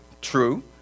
true